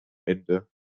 ende